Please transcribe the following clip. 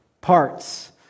parts